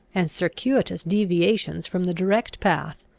and circuitous deviations from the direct path,